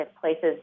places